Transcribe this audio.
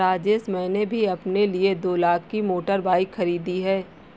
राजेश मैंने भी अपने लिए दो लाख की मोटर बाइक खरीदी है